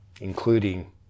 including